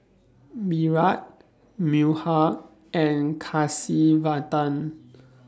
Virat Milkha and Kasiviswanathan